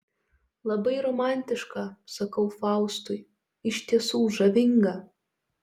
labai romantiška sakau faustui iš tiesų žavinga